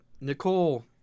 Nicole